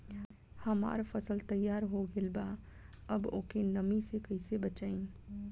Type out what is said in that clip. हमार फसल तैयार हो गएल बा अब ओके नमी से कइसे बचाई?